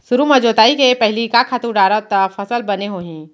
सुरु म जोताई के पहिली का खातू डारव त फसल बने होही?